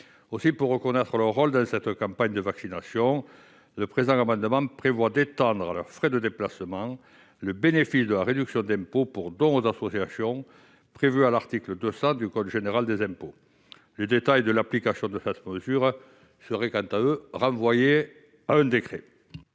Pour reconnaître leur rôle dans la campagne de vaccination, le présent amendement prévoit d'étendre à leurs frais de déplacement le bénéfice de la réduction d'impôt pour dons aux associations prévue à l'article 200 du code général des impôts. Les détails de l'application de cette mesure seraient quant à eux renvoyés à un décret.